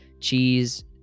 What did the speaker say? cheese